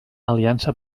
aliança